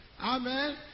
Amen